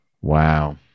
Wow